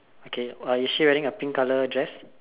okay uh is she wearing a pink colour dress